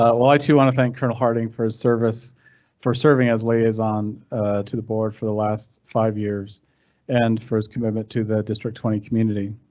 ah well, i too wanna thank colonel harding for his service for serving as liaison to the board for the last five years and for his commitment to the district twenty community.